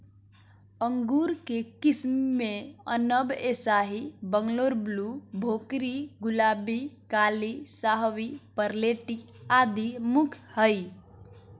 अंगूर के किस्म मे अनब ए शाही, बंगलोर ब्लू, भोकरी, गुलाबी, काली शाहवी, परलेटी आदि मुख्य हई